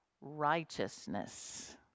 righteousness